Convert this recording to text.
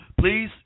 Please